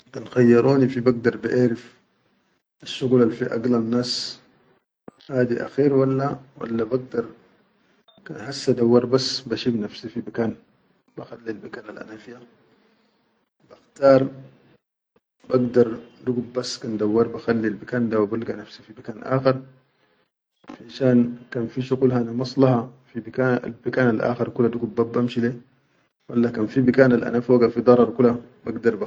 Kan khayyaroni fi bagdar baʼerif shuqulal fi agilan nas hadi akhair walla walla bagdar kan hassa dauwar bas bashif nafsi fi bikan waqit al bikan al ana fiya bakhtar bagdar digud bas kan dauwar ba khalil bikan da wa bilga nafsi fi bikan akhar finshan kanfi shuqul hana maslaha fi bi kanal al akhar digud bas banshi le walla kan fi bikan al ana foga fi darad kula bag.